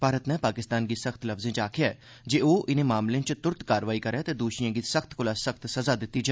भारत नै पाकिस्तान गी संख्त लफ्जे च आक्खेआ ऐ जे ओह इनें मामलें च तुरत कारवाई करै ते दोषिए गी सख्त कोला सख्त सजा दित्ती जा